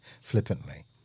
flippantly